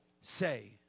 say